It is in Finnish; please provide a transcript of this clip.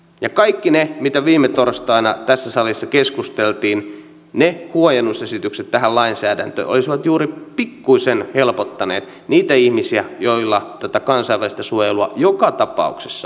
ja kaikki ne huojennusesitykset tähän lainsäädäntöön mistä viime torstaina tässä salissa keskusteltiin olisivat juuri pikkuisen helpottaneet niitä ihmisiä joille tätä kansainvälistä suojelua joka tapauksessa annetaan